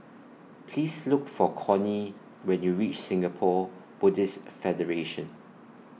Please Look For Connie when YOU REACH Singapore Buddhist Federation